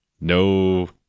No